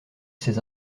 ses